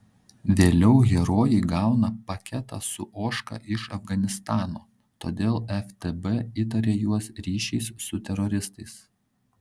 vėliau herojai gauna paketą su ožka iš afganistano todėl ftb įtaria juos ryšiais su teroristais